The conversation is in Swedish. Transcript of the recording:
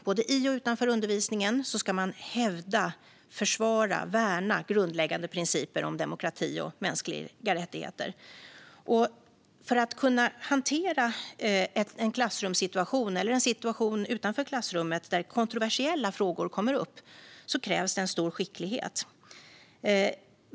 Både i och utanför undervisningen ska man hävda, försvara och värna grundläggande principer om demokrati och mänskliga rättigheter. För att kunna hantera en klassrumssituation, eller en situation utanför klassrummet, där kontroversiella frågor kommer upp krävs stor skicklighet.